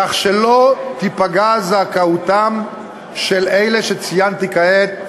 כך שלא תיפגע זכאותם של אלה שציינתי כעת,